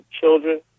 children